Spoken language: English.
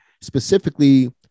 specifically